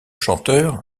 chanteur